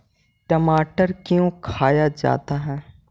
टमाटर क्यों खाया जाता है?